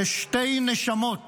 שתי נשמות